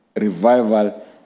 revival